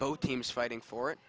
both teams fighting for